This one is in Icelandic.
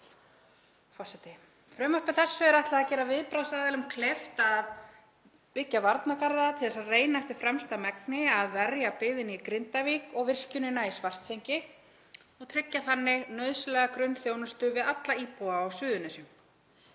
Frumvarpi þessu er ætlað að gera viðbragðsaðilum kleift að byggja varnargarða til að reyna eftir fremsta megni að verja byggðina í Grindavík og virkjunina í Svartsengi og tryggja þannig nauðsynlega grunnþjónustu við alla íbúa á Suðurnesjum.